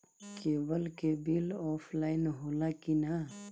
Cable के bill offline होला कि ना?